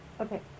Okay